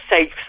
safe